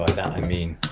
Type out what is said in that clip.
that i mean